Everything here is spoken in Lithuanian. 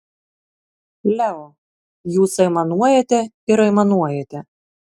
leo jūs aimanuojate ir aimanuojate